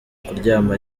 kuryama